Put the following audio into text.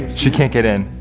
she can't get it.